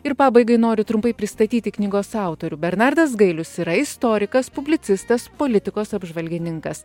ir pabaigai noriu trumpai pristatyti knygos autorių bernardas gailius yra istorikas publicistas politikos apžvalgininkas